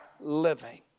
living